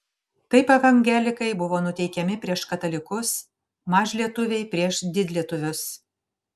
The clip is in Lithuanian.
taip evangelikai buvo nuteikiami prieš katalikus mažlietuviai prieš didlietuvius